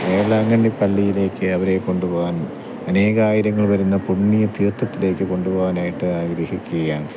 വേളാങ്കണ്ണി പള്ളിയിലേക്ക് അവരെ കൊണ്ട് പോവാൻ അനേകായിരങ്ങൾ വരുന്ന പുണ്യ തീർത്ഥത്തിലേക്ക് കൊണ്ടു പോവാനായിട്ട് ആഗ്രഹിക്കുകയാണ്